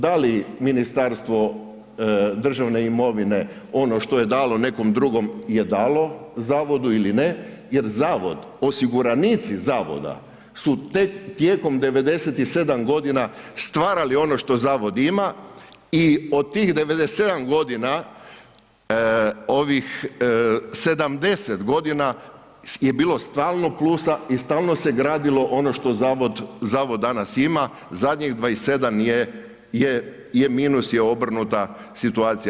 Da li Ministarstvo državne imovine ono što je dalo nekom drugom je dalo, zavodu ili ne, jer zavod, osiguranici zavoda su tijekom 97 godina stvarali ono što zavod ima i od tih 97 godina ovih 70 godina je bilo stalno plusa i stalno se gradilo ono što zavod danas ima, zadnjih 27 je minus je obrnuta situacija.